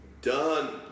Done